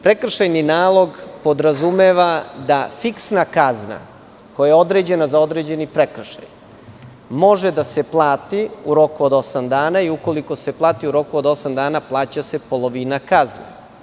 Prekršajni nalog podrazumeva da fiksna kazna, koja je određena za određeni prekršaj, može da se plati u roku od osam dana i ukoliko se plati u roku od osam dana, plaća se polovina kazne.